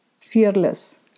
fearless